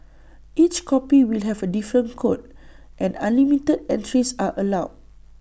each copy will have A different code and unlimited entries are allowed